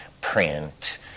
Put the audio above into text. print